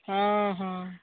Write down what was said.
ହଁ ହଁ